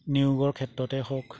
নিয়োগৰ ক্ষেত্ৰতে হওক